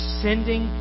sending